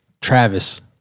Travis